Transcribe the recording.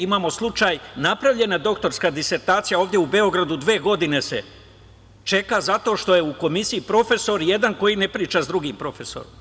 Imamo slučaj, napravljena doktorska disertacija ovde u Beogradu, dve godine se čeka zato što je u komisiji profesor jedan koji ne priča sa drugim profesorom.